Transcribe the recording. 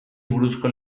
buruzko